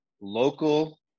local